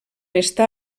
està